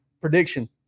prediction